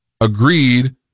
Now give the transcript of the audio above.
agreed